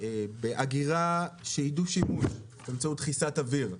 באגירה שהיא דו שימושית, באמצעות דחיסת אוויר?